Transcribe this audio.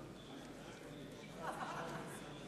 מצביע גילה גמליאל,